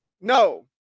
no